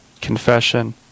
confession